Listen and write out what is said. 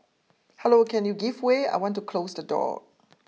hello can you give way I want to close the door